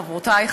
חברותי,